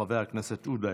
חבר הכנסת עודה,